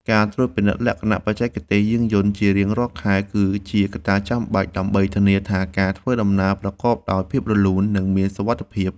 ការត្រួតពិនិត្យលក្ខណៈបច្ចេកទេសយានយន្តជារៀងរាល់ខែ គឺជាកត្តាចាំបាច់ ដើម្បីធានាថាការធ្វើដំណើរប្រកបដោយភាពរលូន និងមានសុវត្ថិភាព។